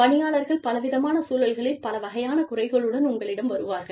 பணியாளர்கள் பல விதமான சூழல்களில் பல வகையான குறைகளுடன் உங்களிடம் வருவார்கள்